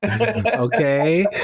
Okay